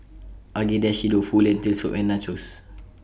Agedashi Dofu Lentil Soup and Nachos